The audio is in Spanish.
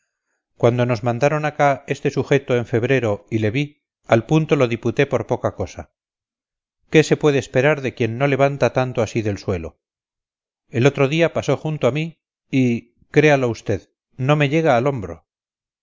cuando nos mandaron acá este sujeto en febrero y le vi al punto lo diputé por poca cosa qué se puede esperar de quien no levanta tanto así del suelo el otro día pasó junto a mí y créalo usted no me llega al hombro